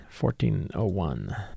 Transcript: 1401